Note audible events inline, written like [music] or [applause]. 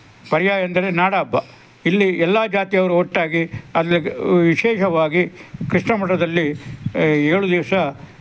ಪರ್ಯಾಯ ಎಂದರೆ ನಾಡ ಹಬ್ಬ ಇಲ್ಲಿ ಎಲ್ಲ ಜಾತಿಯವರು ಒಟ್ಟಾಗಿ [unintelligible] ವಿಶೇಷವಾಗಿ ಕೃಷ್ಣ ಮಠದಲ್ಲಿ ಏಳು ದಿವಸ